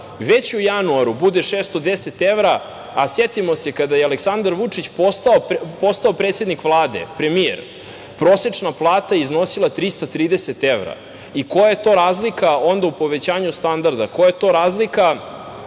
već u januaru bude 610 evra, a setimo se, kada je Aleksandar Vučić postao predsednik Vlade, premijer, prosečna plata iznosila je 330 evra. Koja je to razlika onda u povećanju standarda? Koja je to razlika